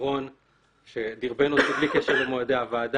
אני חייב להגיד שהייתי בקשר עם רון שדירבן אותי בלי קשר למועדי הועדה.